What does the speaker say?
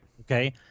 Okay